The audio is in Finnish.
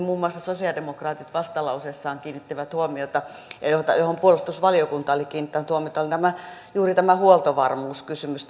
muun muassa sosiaalidemokraatit vastalauseessaan kiinnittivät huomiota ja johon puolustusvaliokunta oli kiinnittänyt huomiota oli juuri tämä huoltovarmuus kysymys